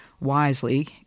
wisely